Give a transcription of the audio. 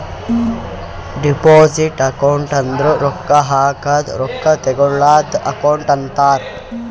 deposit account ಅಂದುರ್ ರೊಕ್ಕಾ ಹಾಕದ್ ರೊಕ್ಕಾ ತೇಕ್ಕೋಳದ್ ಅಕೌಂಟ್ ಅಂತಾರ್